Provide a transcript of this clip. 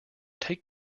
take